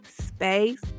space